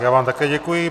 Já vám také děkuji.